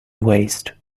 waste